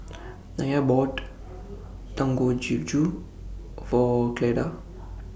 Nya bought Dangojiru For Cleda